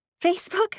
Facebook